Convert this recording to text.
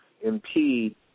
impede